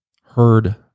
heard